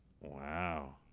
wow